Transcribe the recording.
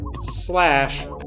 slash